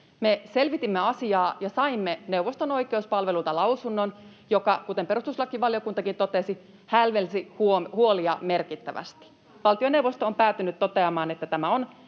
Me selvitimme asiaa ja saimme neuvoston oikeuspalvelulta lausunnon, joka, kuten perustuslakivaliokuntakin totesi, hälvensi huolia merkittävästi. Valtioneuvosto on päätynyt toteamaan, että tämä on